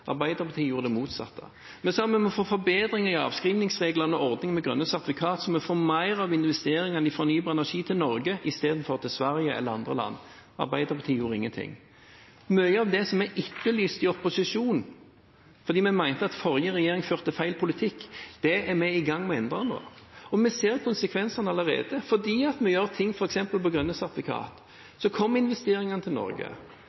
Arbeiderpartiet gjorde det motsatte. Vi sa: Vi må få forbedringer i avskrivingsreglene og en ordning med grønne sertifikat, slik at vi får mer av investeringene i fornybar energi til Norge i stedet for til Sverige eller andre land. Arbeiderpartiet gjorde ingenting. Mye av det vi etterlyste i opposisjon fordi vi mente den forrige regjeringen førte feil politikk, er vi i gang med å endre nå. Og vi ser konsekvensene allerede. Fordi vi gjør noe, f.eks. med grønne sertifikat, kommer investeringene til Norge.